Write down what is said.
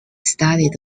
studied